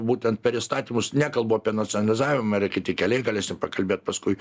būtent per įstatymus nekalbu apie nacionalizavimą yra kiti keliai galėsim pakalbėt paskui